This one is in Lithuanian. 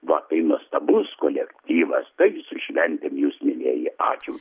va tai nuostabus kolektyvas taigi su šventėm jus mielieji ačiū